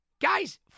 guys